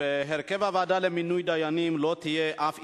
בהרכב הוועדה למינוי דיינים לא תהיה אף אשה,